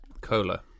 cola